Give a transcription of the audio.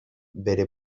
bere